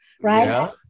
right